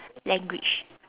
language